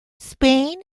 spain